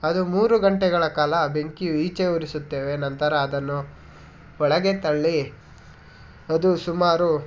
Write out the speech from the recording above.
ಅದು ಮೂರು ಗಂಟೆಗಳ ಕಾಲ ಬೆಂಕಿಯು ಈಚೆ ಉರಿಸುತ್ತೇವೆ ನಂತರ ಅದನ್ನು ಒಳಗೆ ತಳ್ಳಿ ಅದು ಸುಮಾರು